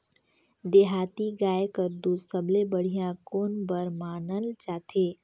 देहाती गाय कर दूध सबले बढ़िया कौन बर मानल जाथे?